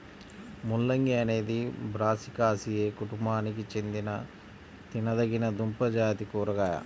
ముల్లంగి అనేది బ్రాసికాసియే కుటుంబానికి చెందిన తినదగిన దుంపజాతి కూరగాయ